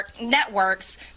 networks